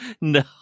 No